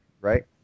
right